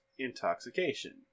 intoxication